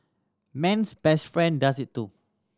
man's best friend does it too